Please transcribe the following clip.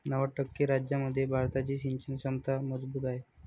नव्वद टक्के राज्यांमध्ये भारताची सिंचन क्षमता मजबूत आहे